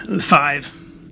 Five